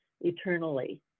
eternally